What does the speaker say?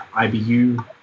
IBU